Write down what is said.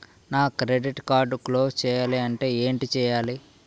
నా credit card close చేయాలంటే ఏంటి చేయాలి?